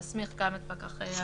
להסמיך גם את פקחי הרשויות.